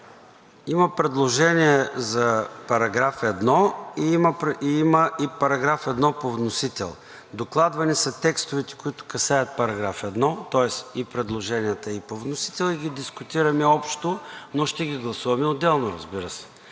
Има предложение за § 1 и има и § 1 по вносител. Докладвани са текстовете, които касаят § 1, тоест и предложенията по вносител, и ги дискутираме общо, но ще ги гласуваме отделно, разбира се.